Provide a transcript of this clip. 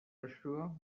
joshua